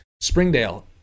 Springdale